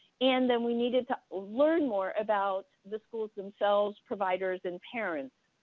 and then we needed to learn more about the schools themselves, providers and parents.